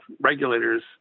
regulators